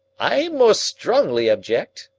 i most strongly object,